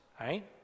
right